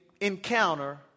encounter